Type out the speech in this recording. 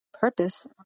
purpose